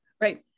right